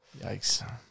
Yikes